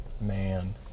Man